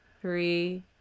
three